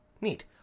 Neat